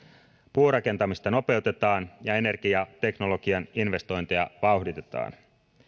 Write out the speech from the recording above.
puurakentamista nopeutetaan ja energia teknologian investointeja vauhditetaan